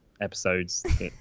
episodes